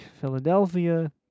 Philadelphia